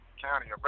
county